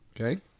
Okay